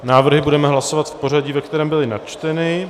Návrhy budeme hlasovat v pořadí, ve kterém byly načteny.